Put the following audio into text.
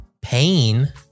pain